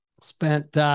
Spent